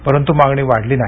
परंतु मागणी वाढली नाही